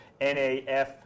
NAF